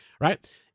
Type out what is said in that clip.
right